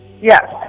Yes